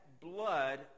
blood